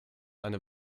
eine